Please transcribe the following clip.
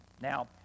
Now